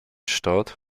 start